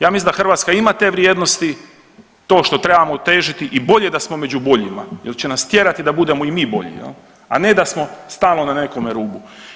Ja mislim da Hrvatska ima te vrijednosti, to što trebamo težiti i bolje da smo među boljima jer će nas tjerati da budemo i mi bolji, a ne da smo stalno na nekome rubu.